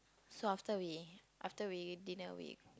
so after we after we dinner we